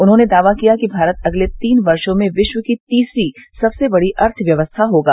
उन्होंने दावा किया कि भारत अगले तीन वर्षो में विश्व की तीसरी सबसे बड़ी अर्थव्यवस्था होगा